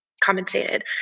compensated